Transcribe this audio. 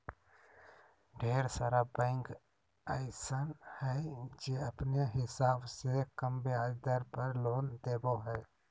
ढेर सारा बैंक अइसन हय जे अपने हिसाब से कम ब्याज दर पर लोन देबो हय